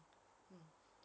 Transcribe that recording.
mm